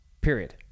Period